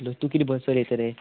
hello तूं किदें बस चलयता रे